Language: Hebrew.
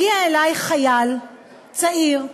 הגיע אלי חייל צעיר,